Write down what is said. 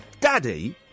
Daddy